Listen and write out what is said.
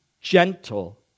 gentle